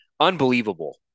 unbelievable